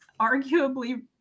arguably